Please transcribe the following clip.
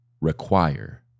require